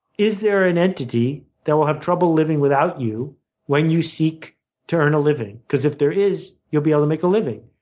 is there an entity that will have trouble living without you when you seek to earn a living? because if there is, you'll be able to make a living.